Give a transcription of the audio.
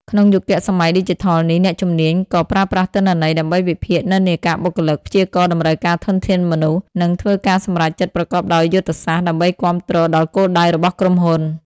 ក្នុងយុគសម័យឌីជីថលនេះ អ្នកជំនាញ ក៏ប្រើប្រាស់ទិន្នន័យដើម្បីវិភាគនិន្នាការបុគ្គលិក ព្យាករណ៍តម្រូវការធនធានមនុស្ស និងធ្វើការសម្រេចចិត្តប្រកបដោយយុទ្ធសាស្ត្រ ដើម្បីគាំទ្រដល់គោលដៅរបស់ក្រុមហ៊ុន។